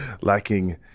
lacking